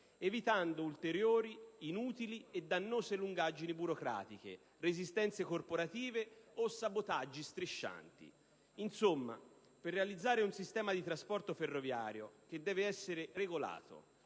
evitando ulteriori, inutili e dannose lungaggini burocratiche, resistenze corporative o sabotaggi striscianti. Insomma, per realizzare un sistema di trasporto ferroviario che deve essere regolato,